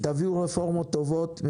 תביאו רפורמות טובות,